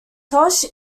tosh